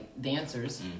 dancers